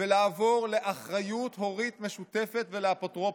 ולעבור לאחריות הורית משותפת ולאפוטרופסות,